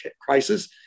crisis